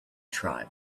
tribe